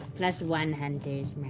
plus one hunter's